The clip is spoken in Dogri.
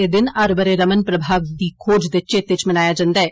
एह् दिन हर ब'रे रमण एफैक्ट दी खोज दे चेते च मनाया जंदा ऐ